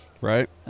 Right